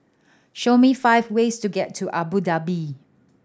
show me five ways to get to Abu Dhabi